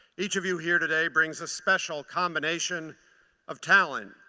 each of you here today brings a special combination of talent,